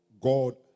God